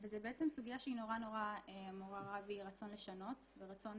וזו סוגיה שמאוד עוררה בי רצון לשנות ורצון